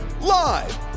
Live